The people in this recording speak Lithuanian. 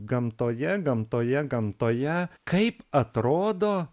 gamtoje gamtoje gamtoje kaip atrodo